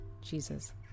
Jesus